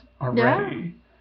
already